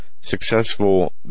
successful